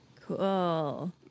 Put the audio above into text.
Cool